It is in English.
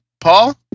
Paul